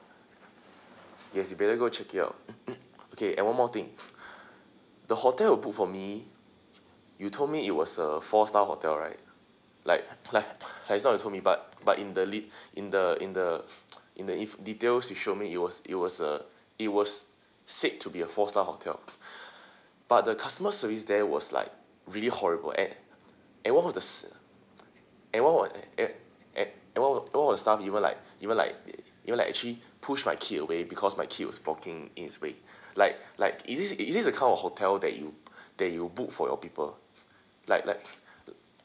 yes you better go check it out mm mm okay and one more thing the hotel you book for me you told me it was a four star hotel right like like like it's not you told me but but in the lead in the in the in the in the details you show me it was it was a it was said to be a four star hotel but the customer service there was like really horrible and and one of the and one of and and one of one of the staff even like even like even like actually push my kid away because my kid was blocking in his way like like is this is this the kind of hotel that you that you book for your people like like